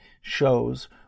shows